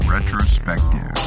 Retrospective